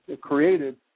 created